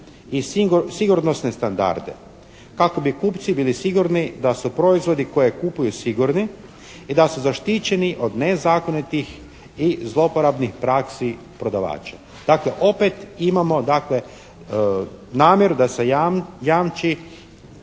i sigurnosne standarde kako bi kupci bili sigurni da su proizvodi koje kupuje sigurni i da su zaštićeni od nezakonitih i zlouporabnih praksi prodavača. Dakle opet imamo dakle namjeru da se jamči